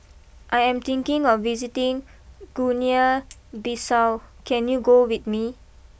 I am thinking of visiting Guinea Bissau can you go with me